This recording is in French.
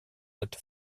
cette